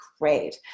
Great